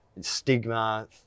stigma